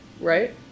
Right